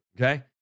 Okay